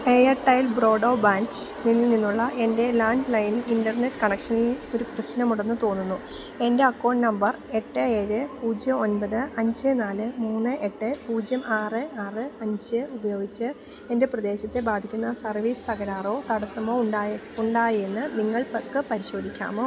Airtel ബ്രോഡ്ബാൻഡിൽ നിന്നുള്ള എൻ്റെ ലാൻഡ് ലൈൻ ഇൻ്റർനെറ്റ് കണക്ഷനിൽ ഒരു പ്രശ്നമുണ്ടെന്ന് തോന്നുന്നു എൻ്റെ അക്കൗണ്ട് നമ്പർ എട്ട് ഏഴ് പൂജ്യം ഒൻപത് അഞ്ച് നാല് മൂന്ന് എട്ട് പൂജ്യം ആറ് ആറ് അഞ്ച് ഉപയോഗിച്ച് എൻ്റെ പ്രദേശത്തെ ബാധിക്കുന്ന സർവീസ് തകരാറോ തടസ്സമോ ഉണ്ടോയെന്ന് നിങ്ങൾക്ക് പരിശോധിക്കാമോ